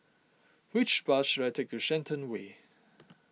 which bus should I take to Shenton Way